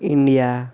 India